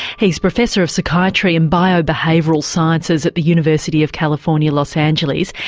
he's professor of psychiatry and biobehavioural sciences at the university of california los angeles,